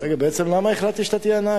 בעצם, למה החלטתי שאתה תהיה הנהג?